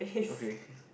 okay